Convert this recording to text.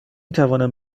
توانم